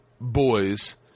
boys